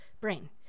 brain